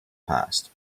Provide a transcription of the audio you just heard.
past